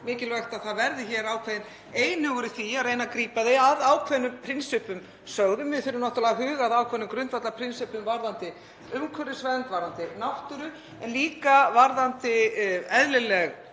mikilvægt að það verði hér ákveðinn einhugur í því að reyna að grípa þau að ákveðnum prinsippum sögðum. Við þurfum náttúrlega að huga að ákveðnum grundvallarprinsippum varðandi umhverfisvernd, varðandi náttúru og líka varðandi eðlileg